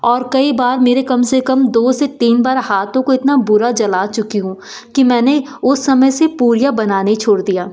और कई बार मेरे कम से कम दो से तीन बार हाथों को इतना बुरा जला चुकी हूँ कि मैंने उस समय से पूरियाँ बनानी छोड़ दिया